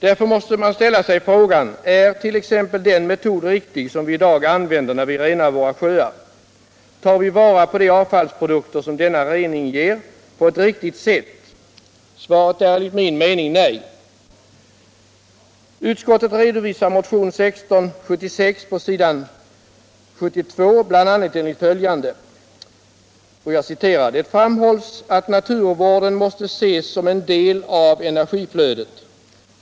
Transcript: Därför måste man ställa sig frågan: Är t.ex. den metod riktig som vi i dag använder när vi renar våra sjöar? Tar vi på ett riktigt sätt vara på de avfallsprodukter som denna rening ger? Svaret är enligt min mening nej. Utskottet redovisar motionen 1676 på s. 72 på bl.a. följande sätt: ”Det framhålls att naturvården måste ses som en del av energiflödet.